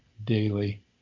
daily